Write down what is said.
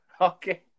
okay